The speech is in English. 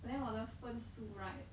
but then 我的分数 right